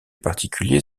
particulier